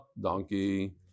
donkey